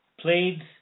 played